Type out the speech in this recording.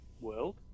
world